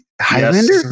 Highlander